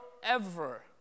forever